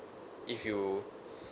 if you